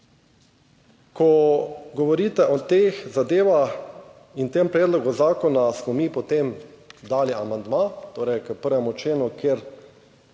ko govorite o teh zadevah in tem predlogu zakona smo mi, potem dali amandma torej k 1. členu, kjer